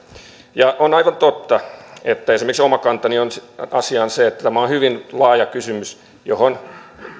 ja on aivan totta että esimerkiksi oma kantani asiaan on se että tämä on hyvin laaja kysymys johon